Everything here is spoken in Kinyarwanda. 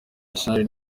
arsenal